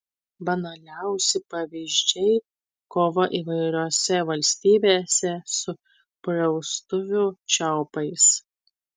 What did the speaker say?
banaliausi pavyzdžiai kova įvairiose valstybėse su praustuvių čiaupais